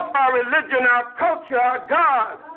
our religion, our culture, our god.